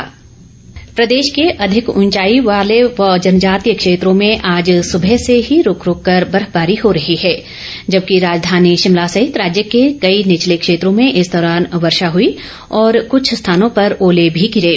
मौमस प्रदेश के अधिक ऊंचाई वाले व जनजातीय क्षेत्रों में आज सुबह से ही रूक रूक कर बर्फबारी हो रही है जबकि राजधानी शिमला सहित राज्य के कई निचले क्षेत्रों में इस दोरान वर्षा हुई और कुछ स्थानों पर ओले भी गिरे